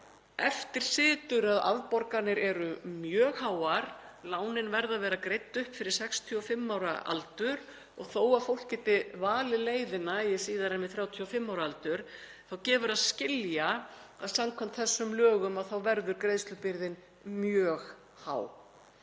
eftir situr að afborganir eru mjög háar, lánin verða að vera greidd upp fyrir 65 ára aldur og þó að fólk geti valið leiðina eigi síðar en við 35 ára aldur þá gefur að skilja að samkvæmt þessum lögum þá verður greiðslubyrðin mjög há.